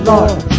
Lord